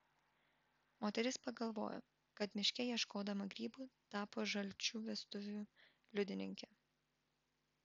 moteris pagalvojo kad miške ieškodama grybų tapo žalčių vestuvių liudininke